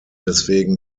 deswegen